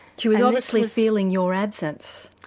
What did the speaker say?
she was obviously feeling your absence?